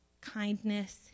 kindness